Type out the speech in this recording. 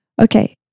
Okay